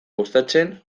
gustatzen